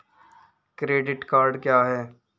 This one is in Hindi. क्रेडिट कार्ड क्या है?